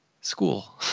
School